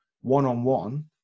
one-on-one